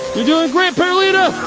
you're doing great perlita!